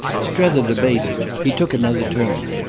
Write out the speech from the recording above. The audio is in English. strether debated he took another turn.